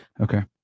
Okay